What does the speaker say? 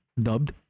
dubbed